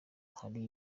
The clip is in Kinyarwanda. hari